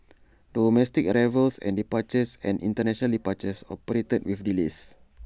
domestic arrivals and departures and International departures operated with delays